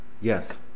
yes